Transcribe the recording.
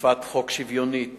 אכיפת חוק שוויונית